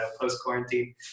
post-quarantine